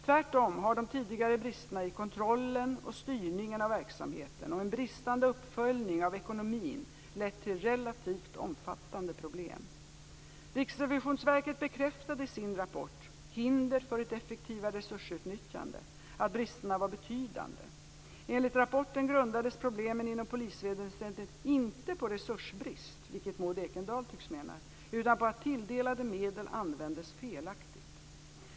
Tvärtom har de tidigare bristerna i kontrollen och styrningen av verksamheten och en bristande uppföljning av ekonomin lett till relativt omfattande problem. Riksrevisionsverket bekräftade i sin rapport Hinder för ett effektivare resursutnyttjande att bristerna var betydande. Enligt rapporten grundades problemen inom polisväsendet inte på resursbrist, vilket Maud Ekendahl tycks mena, utan på att tilldelade medel användes felaktigt.